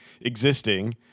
existing